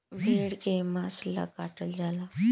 भेड़ के मांस ला काटल जाला